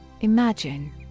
imagine